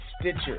Stitcher